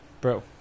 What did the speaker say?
Bro